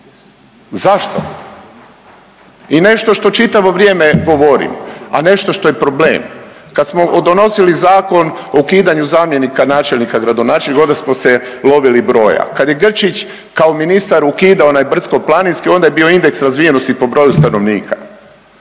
Zašto? I nešto što čitavo vrijeme govorim, a nešto što je problem. Kad smo donosili Zakon o ukidanju zamjenika, načelnika, gradonačelnika onda smo se lovili broja. Kad je Grčić kao ministar ukidao onaj brdsko-planinski onda je bio indeks razvijenosti po broju stanovnika.